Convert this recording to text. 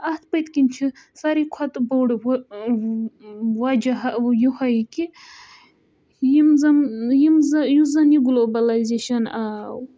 اَتھ پٔتۍ کِنۍ چھِ ساروی کھۄتہٕ بوٚڈ وَجہ یِہوٚے کہِ یِم زَن یِم زَن یُس زَن یہِ گلوبَلایزیشَن آو